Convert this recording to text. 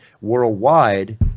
worldwide